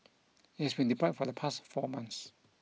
it has been deployed for the past four months